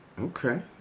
okay